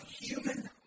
human